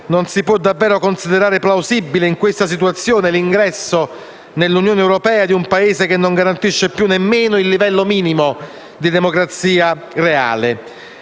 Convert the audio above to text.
non si può davvero considerare plausibile l'ingresso nell'Unione europea di un Paese che non garantisce più nemmeno il livello minimo di democrazia reale.